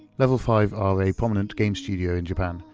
level five are a prominent game studio in japan,